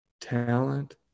talent